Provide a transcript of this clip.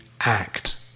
act